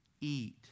eat